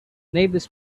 neighbors